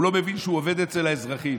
הוא לא מבין שהוא עובד אצל האזרחים.